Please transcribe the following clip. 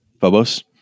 Phobos